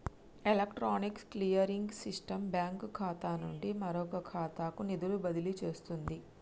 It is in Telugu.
ఎలక్ట్రానిక్ క్లియరింగ్ సిస్టం బ్యాంకు ఖాతా నుండి మరొక ఖాతాకు నిధులు బదిలీ చేస్తుంది